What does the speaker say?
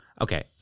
Okay